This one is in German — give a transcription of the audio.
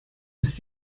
ist